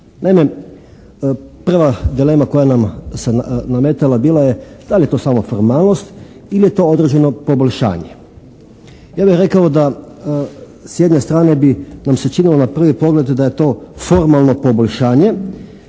Naime prva dilema koja nam se nametala bila je da li je to samo formalnost ili je to određeno poboljšanje. Ja bih rekao da s jedne strane bi nam se činilo na prvi pogled da je to formalno poboljšanje